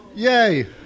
Yay